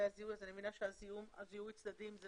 מבינה שזיהוי הצדדים הוא